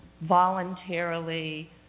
voluntarily